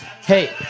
Hey